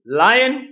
lion